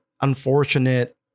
unfortunate